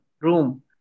room